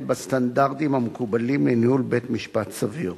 בסטנדרטים המקובלים לניהול בית-משפט סביר.